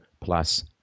plus